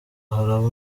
haraba